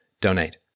donate